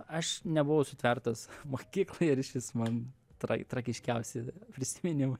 aš nebuvau sutvertas mokyklai ir išvis man tra tragiškiausi prisiminimai